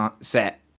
set